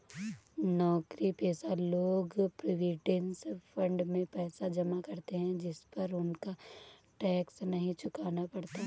नौकरीपेशा लोग provident fund में पैसा जमा करते है जिस पर उनको टैक्स नहीं चुकाना पड़ता